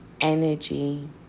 energy